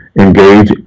engage